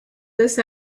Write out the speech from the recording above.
this